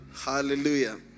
Hallelujah